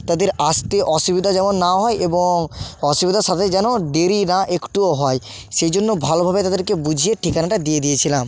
তাদের আসতে অসুবিধা যেমন না হয় এবং অসুবিধার সাথে যেন দেরি না একটুও হয় সেই জন্য ভালোভাবে তাদেরকে বুঝিয়ে ঠিকানাটা দিয়ে দিয়েছিলাম